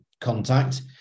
contact